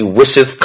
wishes